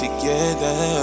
Together